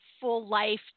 full-life